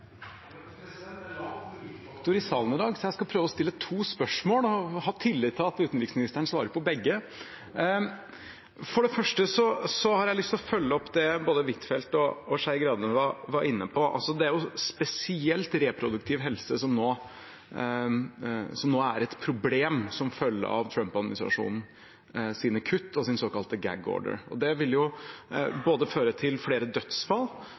i salen i dag, så jeg skal prøve å stille to spørsmål og har tillit til at utenriksministeren svarer på begge. For det første har jeg lyst til å følge opp det både Huitfeldt og Skei Grande var inne på. Det er spesielt reproduktiv helse som nå er et problem som følge av Trump-administrasjonens kutt og sin såkalte «Gag Order». Det vil jo føre til flere dødsfall,